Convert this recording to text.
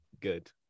good